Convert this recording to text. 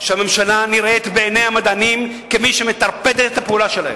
שהממשלה נראית בעיני המדענים כמי שמטרפדת את הפעולה שלהם.